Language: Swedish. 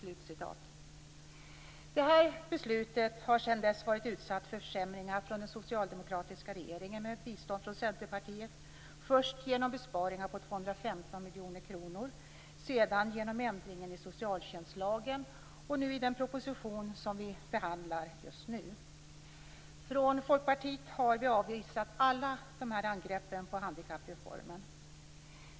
Detta beslut har sedan dess varit utsatt för försämringar från den socialdemokratiska regeringen med bistånd från Centerpartiet, först genom besparingar på 215 miljoner kronor, sedan genom ändringen i socialtjänstlagen och senast i den proposition som vi behandlar just nu. Från Folkpartiet har vi avvisat alla dessa angrepp på handikappreformen.